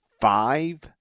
five